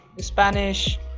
Spanish